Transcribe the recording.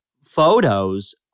photos